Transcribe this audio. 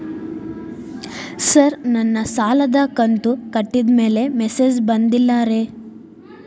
sir ನನ್ನ ಸಾಲದ ಕಂತು ಕಟ್ಟಿದಮೇಲೆ ಮೆಸೇಜ್ ಬಂದಿಲ್ಲ ರೇ